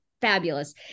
fabulous